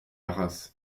arras